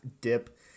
dip